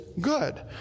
good